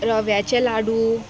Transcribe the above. रव्याचे लाडू